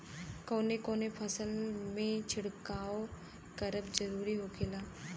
कवने कवने फसल में छिड़काव करब जरूरी होखेला?